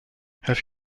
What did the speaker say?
have